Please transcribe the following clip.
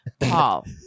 Paul